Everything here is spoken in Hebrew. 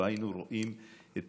לא היינו רואים את